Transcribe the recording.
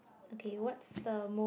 okay what's the most